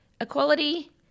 equality